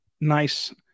nice